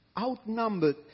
outnumbered